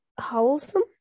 wholesome